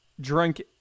drunk